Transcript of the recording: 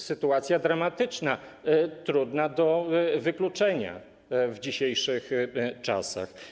Sytuacja dramatyczna, trudna do wykluczenia w dzisiejszych czasach.